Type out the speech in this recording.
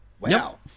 wow